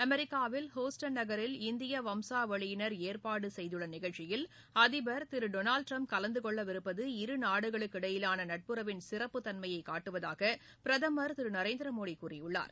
அமெரிக்காவில் ஹுஸ்டன் நகரில் இந்திய வம்சாவளியினர் ஏற்பாடு செய்துள்ள நிகழ்ச்சியில் அதிபர் திரு டொனல்டு ட்ரம்ப் கலந்து கொள்ளவிருப்பது இரு நாடுகளுக்கு இடையேயான நட்புறவின் சிறப்பு தன்மையை காட்டுவதாக பிரதமர் திரு நரேந்திர மோடி கூறியுள்ளார்